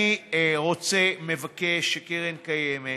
אני רוצה ומבקש שהקרן הקיימת,